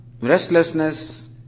Restlessness